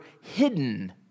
hidden